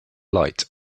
light